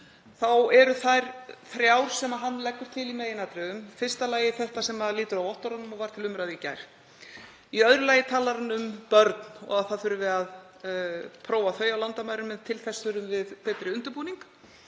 eru þær þrjár sem hann leggur til í meginatriðum. Í fyrsta lagi það sem lýtur að vottorðunum og var til umræðu í gær. Í öðru lagi talar hann um börn og að það þurfi að prófa þau á landamærum en til þess þurfum við betri undirbúning.